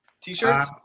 t-shirts